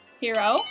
Hero